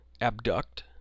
Abduct